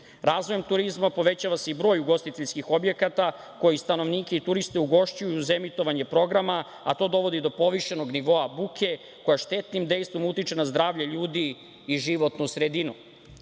Razvojem turizma povećava se i broj ugostiteljskih objekata koji stanovnike i turiste ugošćuju uz emitovanje programa, a to dovodi do povišenog nivoa buke koja štetnim dejstvom utiče na zdravlje ljudi i životnu sredinu. Ovaj